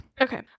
Okay